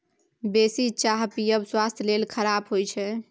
बेसी चाह पीयब स्वास्थ्य लेल खराप होइ छै